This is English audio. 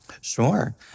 Sure